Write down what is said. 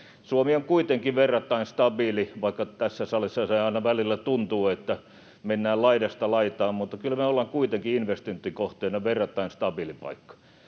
Suomi on kuitenkin verrattain stabiili. Vaikka tässä salissa aina välillä tuntuu, että mennään laidasta laitaan, niin kyllä me ollaan kuitenkin investointikohteena verrattain stabiili paikka.